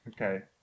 Okay